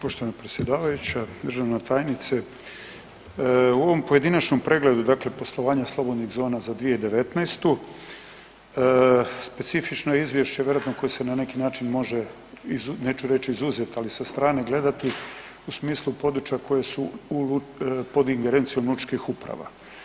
Poštovana predsjedavajuća, državna tajnice, u ovom pojedinačnom pregledu dakle poslovanja slobodnih zona za 2019.-tu specifično je izvješće vjerojatno koje se na neki način može neću reći izuzeti, ali sa strane gledati u smislu područja koja su pod ingerencijom lučkih uprava.